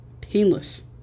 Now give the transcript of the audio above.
painless